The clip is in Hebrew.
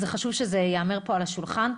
זה חשוב שזה יהיה פה על השולחן.